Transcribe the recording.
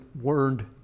word